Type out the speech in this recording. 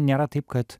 nėra taip kad